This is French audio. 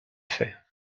fait